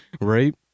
right